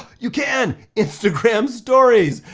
you can, instagram stories.